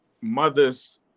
mother's